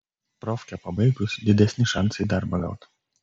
profkę pabaigus didesni šansai darbą gaut